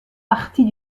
partie